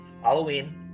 Halloween